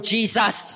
Jesus